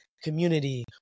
community